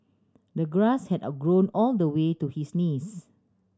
the grass had a grown all the way to his knees